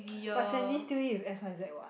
but Sandy still eat with X_Y_Z what